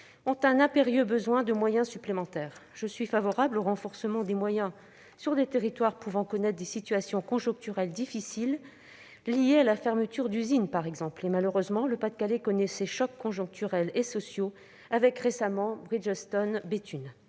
ont un impérieux besoin de moyens supplémentaires. Je suis favorable au renforcement des moyens dans des territoires pouvant connaître des situations conjoncturelles difficiles, liées à la fermeture d'usines par exemple. Malheureusement, le Pas-de-Calais connaît ces chocs conjoncturels et sociaux ; récemment encore,